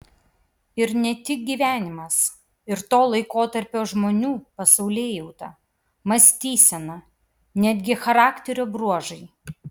ir ne tik gyvenimas ir to laikotarpio žmonių pasaulėjauta mąstysena netgi charakterio bruožai